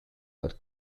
but